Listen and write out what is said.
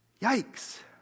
Yikes